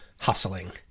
hustling